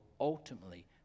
ultimately